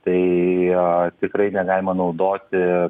tai jo tikrai negalima naudoti